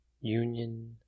union